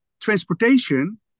transportation